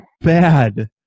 bad